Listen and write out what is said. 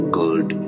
good